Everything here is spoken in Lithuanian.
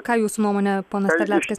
ką jūsų nuomone ponas terleckis